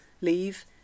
leave